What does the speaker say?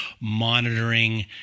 monitoring